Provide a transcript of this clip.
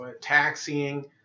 taxiing